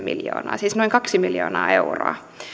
miljoonaa siis noin kaksi miljoonaa euroa